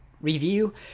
review